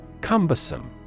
Cumbersome